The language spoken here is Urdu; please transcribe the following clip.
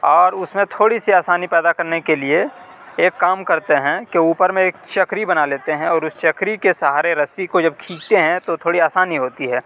اور اس میں تھوڑی سی آسانی پیدا کرنے کے لیے ایک کام کرتے ہیں کہ اوپر میں ایک چکری بنا لیتے ہیں اور اس چکری کے سہارے رسی کو جب کھینچتے ہیں تو تھوڑی آسانی ہوتی ہے